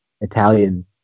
Italian